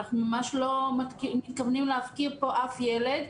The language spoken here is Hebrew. אנחנו ממש לא מתכוונים להפקיר פה אף ילד,